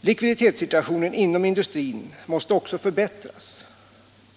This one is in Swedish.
Likviditetssituationen inom industrin måste också förbättras.